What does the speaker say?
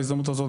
בהזדמנות הזו,